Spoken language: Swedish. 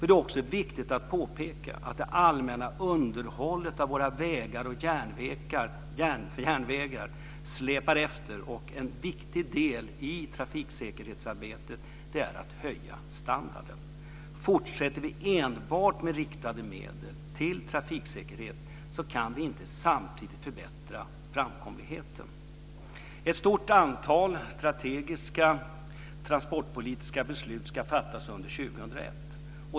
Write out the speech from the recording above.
Det är också viktigt att påpeka att det allmänna underhållet av våra vägar och järnvägar släpar efter. En viktig del i trafiksäkerhetsarbetet är att höja standarden. Fortsätter vi enbart med riktade medel till trafiksäkerhet kan vi inte samtidigt förbättra framkomligheten. Ett stort antal strategiska transportpolitiska beslut ska fattas under 2001.